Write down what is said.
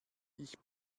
ich